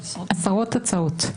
אלה עשרות הצעות.